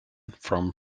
from